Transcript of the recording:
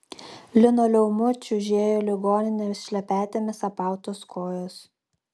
linoleumu čiužėjo ligoninės šlepetėmis apautos kojos